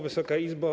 Wysoka Izbo!